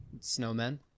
snowmen